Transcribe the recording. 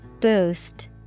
Boost